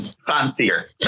fancier